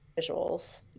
visuals